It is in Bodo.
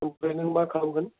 ओमफ्राय नों मा खालामगोन